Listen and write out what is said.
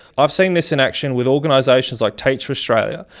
i've seen this in action with organisations like teach for australia,